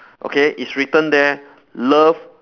okay it's written there love